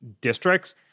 districts